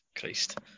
Christ